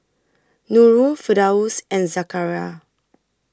Nurul Firdaus and Zakaria